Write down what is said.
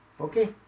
Okay